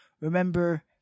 Remember